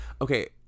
okay